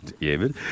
David